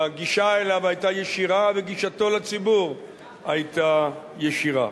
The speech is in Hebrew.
הגישה אליו היתה ישירה, וגישתו לציבור היתה ישירה.